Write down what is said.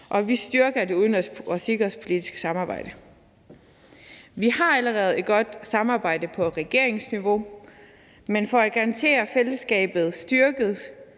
og vi styrker det udenrigs- og sikkerhedspolitiske samarbejde. Vi har allerede et godt samarbejde på regeringsniveau, men for at garantere, at fællesskabet styrkes,